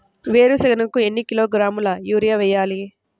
వేరుశనగకు ఎన్ని కిలోగ్రాముల యూరియా వేయాలి?